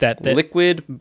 Liquid